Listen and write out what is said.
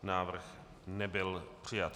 Návrh nebyl přijat.